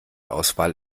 auswahl